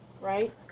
right